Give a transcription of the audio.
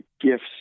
gifts